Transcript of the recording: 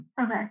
Okay